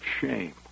shame